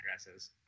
addresses